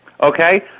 okay